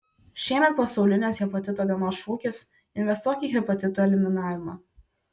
šiemet pasaulinės hepatito dienos šūkis investuok į hepatitų eliminavimą